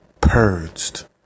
purged